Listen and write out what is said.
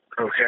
Okay